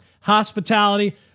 hospitality